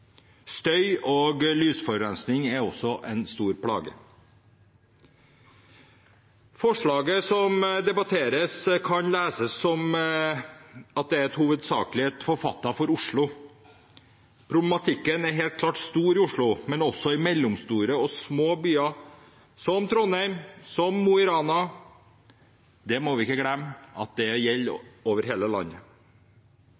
Støy- og lysforurensning er også en stor plage. Forslaget som debatteres, kan leses som at det hovedsakelig er forfattet for Oslo. Problematikken er helt klart stor i Oslo, men også i mellomstore og små byer, som Trondheim, som Mo i Rana – vi må ikke glemme at det gjelder